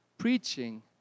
Preaching